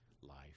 life